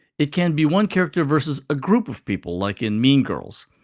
it can be one character vs. a group of people, like in mean girls,